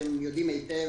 אתם יודעים היטב,